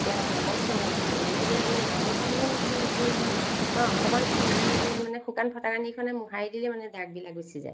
তেতিয়া মামৰ চামৰ উঠি যায় গতিকে সেই মামৰ চামৰো নুঠে একো নহয় মই অকণমান ফটাকানি লৈ মানে শুকান ফটাকানিখনেই মোহাৰি দিলেই মানে দাগবিলাক গুচি যায়